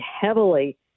heavily